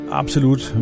absolut